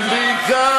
אבל בעיקר,